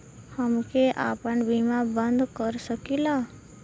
हमके आपन बीमा बन्द कर सकीला?